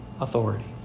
authority